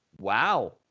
Wow